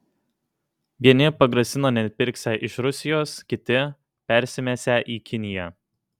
vieni pagrasina nepirksią iš rusijos kiti persimesią į kiniją